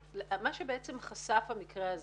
מה שבעצם חשף המקרה הזה,